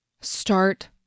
Start